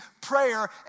prayer